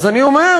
אז אני אומר: